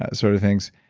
ah sort of things.